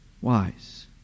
wise